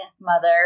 mother